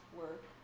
work